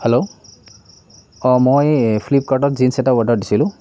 hello অঁ মই ফ্লিপকাৰ্টত জীন্ছ এটা অৰ্ডাৰ দিছিলোঁ